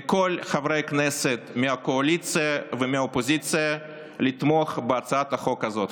לכל חברי הכנסת מהקואליציה ומהאופוזיציה לתמוך בהצעת החוק הזאת,